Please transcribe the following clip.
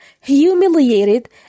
humiliated